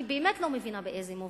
אני באמת לא מבינה באיזה מובן.